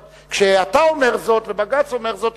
כשאתה אומר זאת ובג"ץ אומר זאת,